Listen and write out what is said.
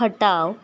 Khatav